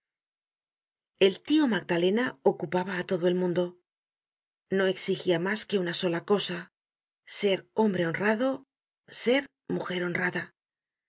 tio magdalena ocupaba á todo el mundo no exigia mas que una sola cosa ser hombre honrado ser mujer honrada